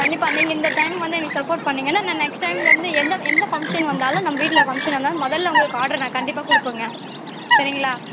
கண்டிப்பாக நீங்கள் இந்த டைம் வந்து எனக்கு சப்போர்ட் பண்ணீங்கன்னால் நான் நெக்ஸ்ட் டைம்லேருந்து எந்த எந்த ஃபங்க்ஷன் வந்தாலும் நம்ப வீட்டில் ஃபங்க்ஷன் வந்தாலும் மொதலில் உங்களுக்கு ஆட்ரு நான் கண்டிப்பாக கொடுப்பேங்க சரிங்களா